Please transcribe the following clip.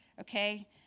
okay